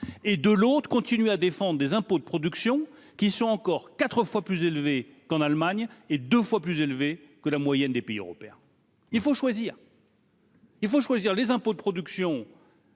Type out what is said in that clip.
et de l'autre, continuer à défendre des impôts de production qui sont encore 4 fois plus élevée qu'en Allemagne et 2 fois plus élevé que la moyenne des pays européens, il faut choisir. Il faut choisir les impôts de production.